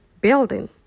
building